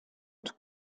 und